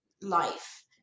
life